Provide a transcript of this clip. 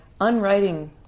Unwriting